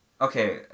Okay